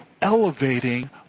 elevating